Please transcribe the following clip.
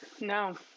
No